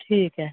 ठीक ऐ